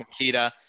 Makita